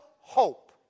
hope